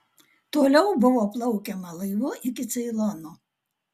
toliau buvo plaukiama laivu iki ceilono